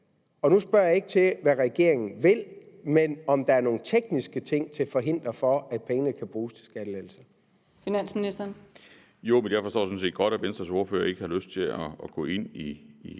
Og nu spørger jeg ikke til, hvad regeringen vil, men om der er nogle tekniske ting til hinder for, at pengene kan bruges til skattelettelser.